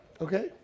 Okay